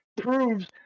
proves